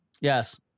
Yes